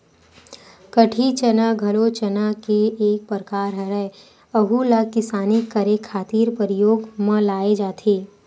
कटही चना घलो चना के एक परकार हरय, अहूँ ला किसानी करे खातिर परियोग म लाये जाथे